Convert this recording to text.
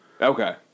Okay